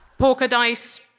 porkadise,